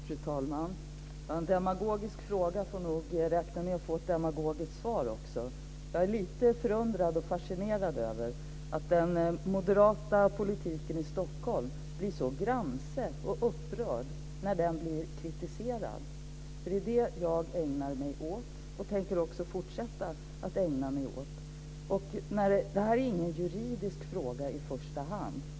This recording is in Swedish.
Fru talman! Om man ställer en demagogisk fråga får man nog räkna med att få ett demagogiskt svar också. Jag är lite förundrad och fascinerad över att moderata politiker i Stockholm blir så gramse och upprörda när de blir kritiserade. Det är det jag ägnar mig åt. Jag tänker också fortsätta att ägna mig åt det. Det här är ingen juridisk fråga i första hand.